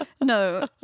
No